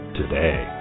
today